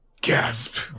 gasp